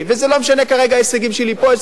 אני לא בא לעשות פה תחרות על שום משרד.